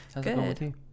Good